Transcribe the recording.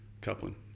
coupling